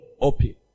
Open